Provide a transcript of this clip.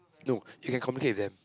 no you can communicate with them